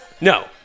No